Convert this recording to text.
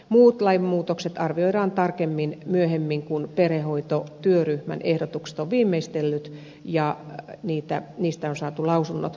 muut lainmuutokset arvioidaan tarkemmin myöhemmin kun perhehoitotyöryhmän ehdotukset on viimeistelty ja niistä on saatu lausunnot